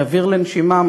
כאוויר לנשימה,